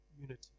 unity